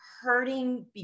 hurting